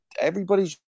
everybody's